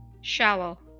Shallow